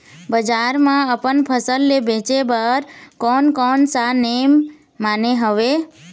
बजार मा अपन फसल ले बेचे बार कोन कौन सा नेम माने हवे?